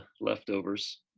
leftovers